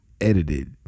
edited